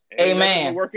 amen